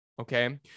Okay